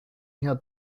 had